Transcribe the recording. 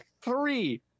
three